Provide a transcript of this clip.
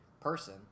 person